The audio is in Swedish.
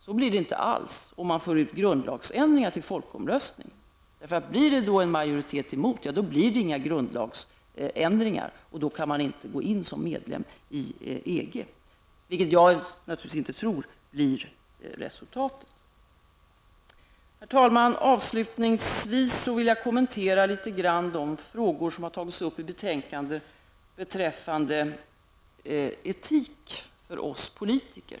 Så blir det inte alls om vi får folkomröstningar om grundlagsändringar. Om det blir en majoritet emot blir det inga grundlagsändringar och då kan man inte gå in som medlem i EG. Jag tror naturligtvis inte att det blir resultatet. Herr talman! Avslutningsvis vill jag något kommentera de frågor som har tagits upp i betänkandet beträffande etik för oss politiker.